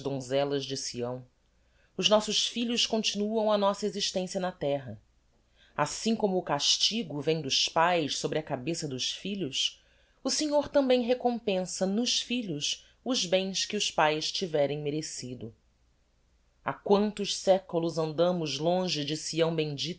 donzellas de sião os nossos filhos continuam a nossa existencia na terra assim como o castigo vem dos paes sobre a cabeça dos filhos o senhor tambem recompensa nos filhos os bens que os paes tiverem merecido ha quantos seculos andamos longe de sião bemdita